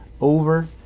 over